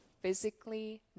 physically